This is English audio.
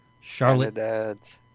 Charlotte